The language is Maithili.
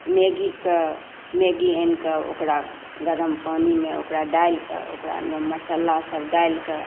मैगीके मैगी आनि कऽ ओकरा गर्म पानिमे ओकरा डालिकऽ ओकरामे मसाला सभ डालिकऽ